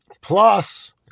Plus